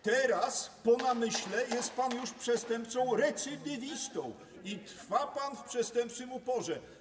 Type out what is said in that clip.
Teraz, po namyśle, jest pan już przestępcą recydywistą i trwa pan w przestępczym uporze.